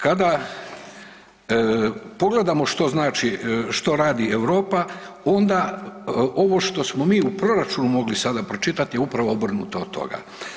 Kada pogledamo što znači, što radi Europa, onda ovo što smo mi u proračunu mogli sada pročitati je upravo obrnuto od toga.